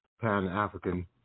Pan-African